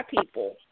people